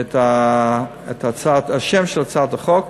את השם של החוק.